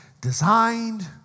designed